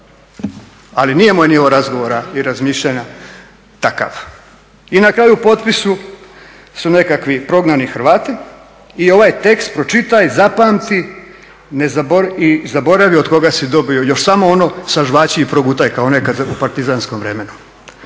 Ali nije moj nivo razgovara i razmišljanja takav. I na kraju u potpisu su nekakvi prognani Hrvati i ovaj tekst pročitaj, zapamti i zaboravi od koga si dobio, još samo ono sažvači i progutaj kao nekad u partizanskom vremenu.